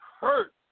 hurt